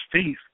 Steve